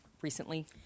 recently